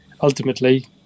ultimately